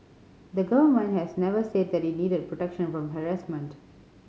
the Government has never said that it needed protection from harassment